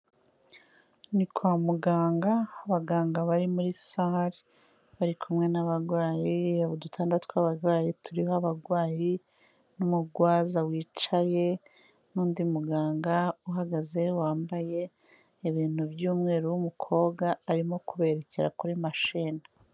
Ni kwa muganga abaganga bari muri salle bari kumwe n'abarwayi, udutanda twa'abarwayi turiho abarwayi n'umurwaza wicaye n'undi muganga uhagaze wambaye ibintu by'umweru w'umukobwa arimo kuberekera kuri machine.